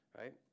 right